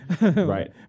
Right